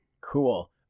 Cool